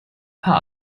part